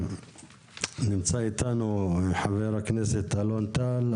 נמצא איתנו חבר הכנסת אלון טל,